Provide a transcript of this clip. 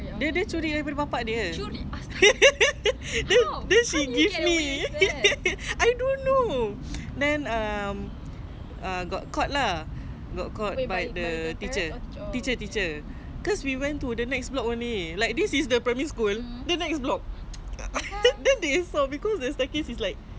dia dia curi daripada bapa dia then she give me I don't know then um err got caught lah got caught by the teacher teacher teacher cause we went to the next block only like this is the primary school the next block she saw because the staircase is like